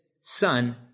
son